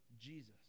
Jesus